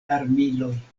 armiloj